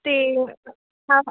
ਅਤੇ ਹਾਂ